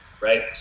right